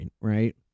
right